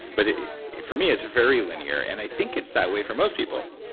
but for me it's very linear. and i think it's that way for most people.